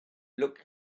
looked